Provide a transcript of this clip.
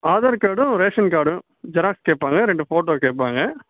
ஆதார் கார்டும் ரேஷன் கார்டும் ஜெராக்ஸ் கேட்பாங்க ரெண்டு ஃபோட்டோ கேட்பாங்க